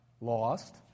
Lost